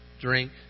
drink